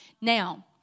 Now